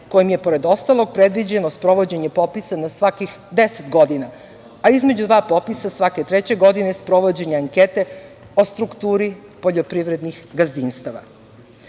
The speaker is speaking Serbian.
kojem je pored ostalog predviđeno sprovođenje popisa na svakih 10 godina, a između dva popisa svake treće godine sprovođenje ankete o strukturi poljoprivrednih gazdinstava. Popis